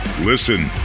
Listen